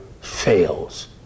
fails